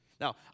Now